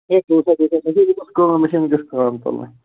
ہَے تیٛوٗتاہ تیٛوٗتاہ کَتہِ گَژھِ کٲم چھَنہٕ وُنٛکیٚس کٲم تُلنٕے